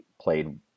played